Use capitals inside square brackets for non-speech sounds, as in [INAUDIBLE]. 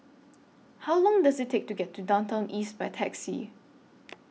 [NOISE] How Long Does IT Take to get to Downtown East By Taxi